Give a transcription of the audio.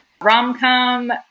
rom-com